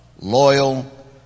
loyal